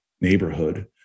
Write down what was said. neighborhood